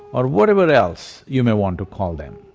or whatever else you may want to call them.